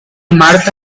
martha